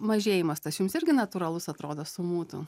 mažėjimas tas jums irgi natūralus atrodo sumų tų